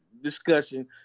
discussion